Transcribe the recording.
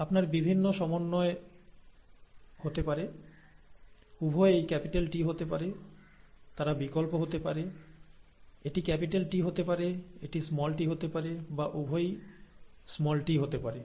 আপনার বিভিন্ন সমন্বয় হতে পারে উভয়ই T হতে পারে তারা বিকল্প হতে পারে এটি T হতে পারে এটি t হতে পারে বা উভয়ই t হতে পারে